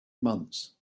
months